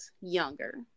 younger